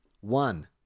one